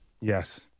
Yes